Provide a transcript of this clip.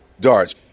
darts